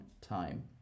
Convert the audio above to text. time